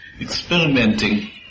experimenting